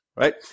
right